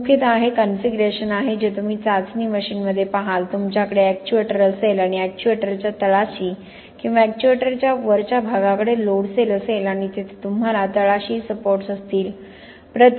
मुख्यतः हे कॉन्फिगरेशन आहे जे तुम्ही चाचणी मशीनमध्ये पहाल तुमच्याकडे एक्च्युएटर असेल आणि एक्च्युएटरच्या तळाशी किंवा एक्च्युएटरच्या वरच्या भागाकडे लोड सेल असेल आणि तिथे तुम्हाला तळाशी सपोर्ट्स असतील